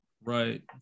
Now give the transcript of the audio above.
right